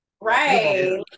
Right